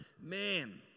Man